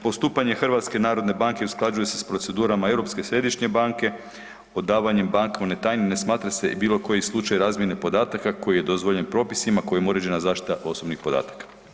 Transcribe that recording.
Postupanje HNB-a usklađuje se s procedurama Europske središnje banke, odavanjem bankovne tajne ne smatra se bilo koji slučaj razmjene podataka koji je dozvoljen propisima kojim je uređena zaštita osobnih podataka.